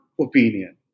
opinion